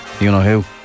you-know-who